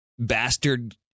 Bastard